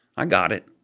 i got it.